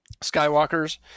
skywalkers